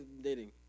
dating